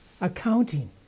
accounting